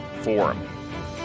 Forum